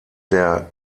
der